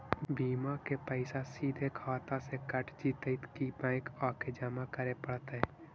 बिमा के पैसा सिधे खाता से कट जितै कि बैंक आके जमा करे पड़तै?